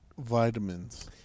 vitamins